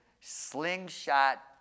slingshot